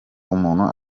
umuntu